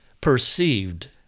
Perceived